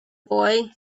boy